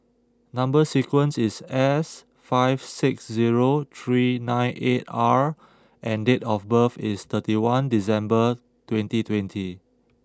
number sequence is S five six zero three nine eight R and date of birth is thirty one December twenty twenty